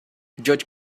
judge